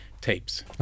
tapes